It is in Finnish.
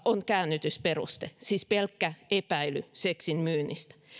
on käännytysperuste siis pelkkä epäily seksin myynnistä